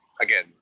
Again